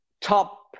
top